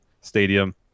Stadium